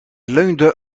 leunde